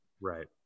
Right